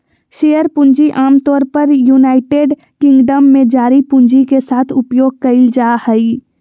share पूंजी आमतौर पर यूनाइटेड किंगडम में जारी पूंजी के साथ उपयोग कइल जाय हइ